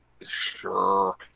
Sure